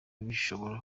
bishobora